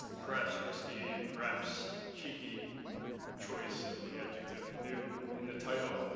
perhaps risky, perhaps cheeky choice of the adjective new in the title.